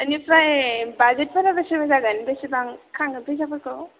ऐनिफ्राय बाजेदफोरा बेसेबां जागोन बेसेबां खांङो फैसाफोरखौ